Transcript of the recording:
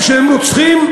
אמרו עליהם שהם רוצחים,